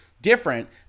different